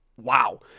Wow